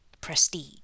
prestige